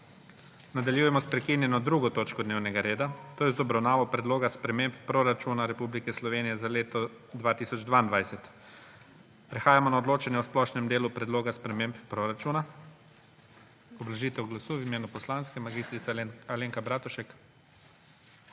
Nadaljujemo s **prekinjeno 2. točko dnevnega reda – obravnava Predloga sprememb proračuna Republike Slovenije za leto 2022.** Prehajamo na odločanje o **Splošnem delu predloga sprememb proračuna.** Obrazložitev glasu v imenu poslanke, mag. Alenka Bratušek.